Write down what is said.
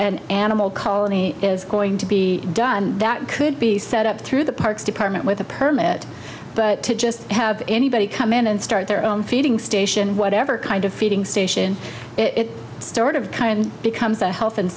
an animal colony is going to be done that could be set up through the parks department with a permit but to just have anybody come in and start their own feeding station whatever kind of feeding station it stuart of kind becomes a health and